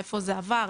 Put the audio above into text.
איפה זה עבר,